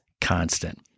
constant